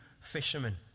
fishermen